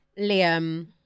liam